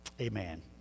Amen